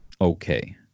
okay